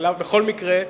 בכל מקרה,